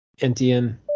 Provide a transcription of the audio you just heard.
Entian